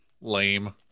lame